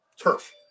turf